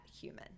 human